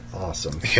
awesome